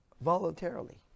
voluntarily